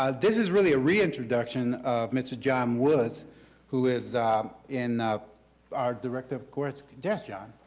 ah this is really a re-introduction of mr. john woods who is in a our director of course there's john,